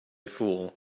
fool